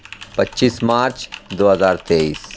پچیس مارچ دو ہزار تیئس